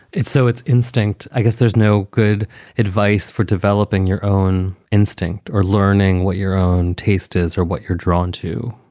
if so, it's instinct. i guess there's no good advice for developing your own instinct or learning what your own taste is or what you're drawn to.